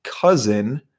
cousin